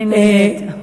אני נהנית.